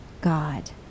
God